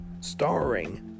starring